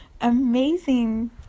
amazing